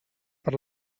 per